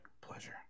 pleasure